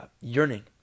yearning